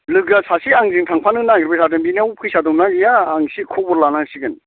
लोगोआ सासे आंजों थांफानो नागिरबाय थादों बिनियाव फैसा दंना गैया आं इसे खबर लानांसिगोन